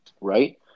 Right